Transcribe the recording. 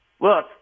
Look